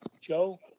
Joe